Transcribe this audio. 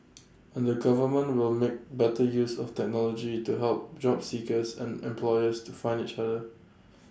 and the government will make better use of technology to help job seekers and employers to find each other